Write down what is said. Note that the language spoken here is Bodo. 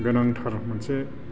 गोनांथार मोनसे